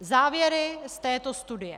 Závěry z této studie.